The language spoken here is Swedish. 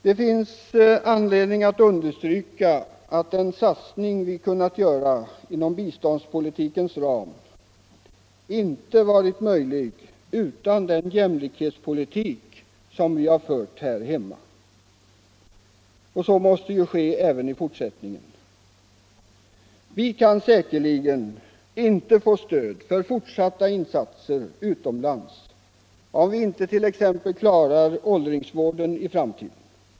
Det finns anledning att understryka att den satsning vi kunnat göra inom biståndspolitikens ram inte varit möjlig utan den jämlikhetspolitik som vi har fört här hemma. Så måste ske även i fortsättningen. Vi kan säkerligen inte få stöd för fortsatta insatser utomlands, om vi inte klarar t.ex. åldringsvården i framtiden.